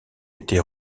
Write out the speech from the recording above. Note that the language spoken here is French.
été